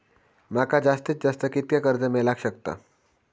माका जास्तीत जास्त कितक्या कर्ज मेलाक शकता?